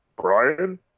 Brian